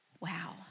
wow